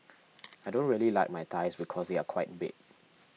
I don't really like my thighs because they are quite big